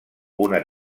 una